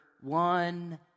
one